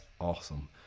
awesome